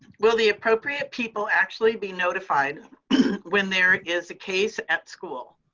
will the appropriate people actually be notified when there is a case at school?